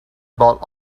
bought